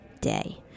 day